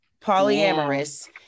polyamorous